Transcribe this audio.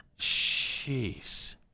Jeez